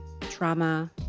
trauma